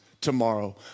tomorrow